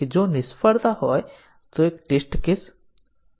કેટલાક testing case છે